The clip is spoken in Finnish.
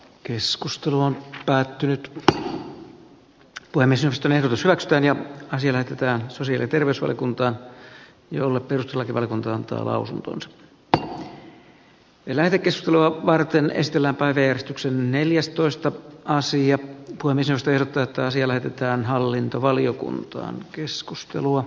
keskustelu on päättynyt mutta voimme syystä verotusasteen ja siirtää sosiaali terveysvaliokuntaan jolle perustuslakivaliokunta antaa lausuntonsa ja energistelua varten esitellä varjostuksen neljäs toista asia kuin isyysteiltä taasia lähetetään hallintovaliokuntaan keskustelua